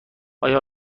آیا